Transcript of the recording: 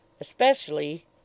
Especially—